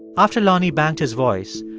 after lonnie banked his voice,